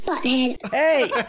Hey